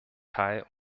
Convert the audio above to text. teil